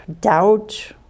doubt